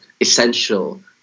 essential